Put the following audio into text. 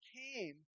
came